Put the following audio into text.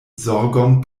zorgon